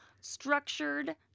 structured